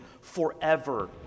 forever